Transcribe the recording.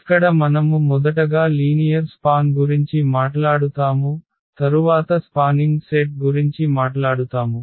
ఇక్కడ మనము మొదటగా లీనియర్ స్పాన్ గురించి మాట్లాడుతాము తరువాత స్పానింగ్ సెట్ గురించి మాట్లాడుతాము